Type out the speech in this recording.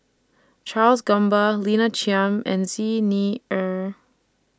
Charles Gamba Lina Chiam and Xi Ni Er